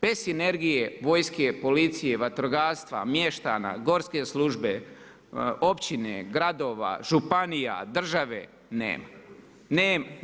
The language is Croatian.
Bez sinergije, vojske, policije, vatrogastva, mještana, Gorske službe, općine, gradova, županija, države nema, nema.